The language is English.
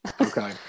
Okay